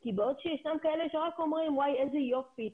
כי בעוד שישנם כאלה שרק אומרים איזה יופי,